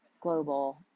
global